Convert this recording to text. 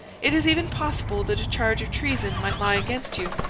it is even possible that a charge of treason might lie against you.